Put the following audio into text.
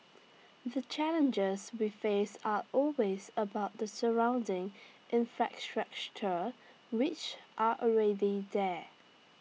the challenges we face are always about the surrounding infrastructure which are already there